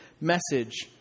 message